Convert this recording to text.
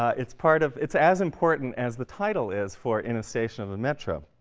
ah it's part of it's as important as the title is for in a station of the metro.